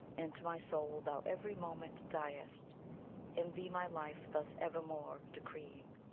into my soul thou every moment diest, in thee my life thus evermore decreeing.